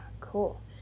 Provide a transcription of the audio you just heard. cool